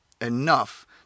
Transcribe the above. enough